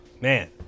man